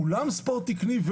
אולם ספורט תקני,